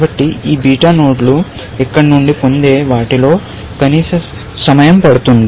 కాబట్టి ఈ బీటా నోడ్లు ఇక్కడి నుండి పొందే వాటిలో కనీస సమయం పడుతుంది